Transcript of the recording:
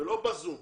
ולא ב-זום.